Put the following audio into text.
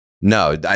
No